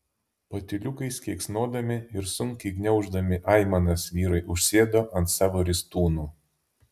patyliukais keiksnodami ir sunkiai gniauždami aimanas vyrai užsėdo ant savo ristūnų